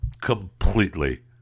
completely